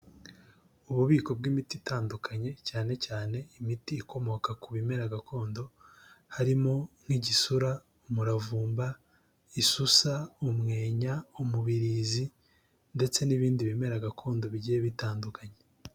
Ububiko bw'imiti itandukanye cyane cyane imiti ikomoka ku bimera gakondo, harimo: nk'igisura, umuravumba, isusa, umwenya, umubirizi ndetse n'ibindi bimera gakondo bigiye bitandukanye.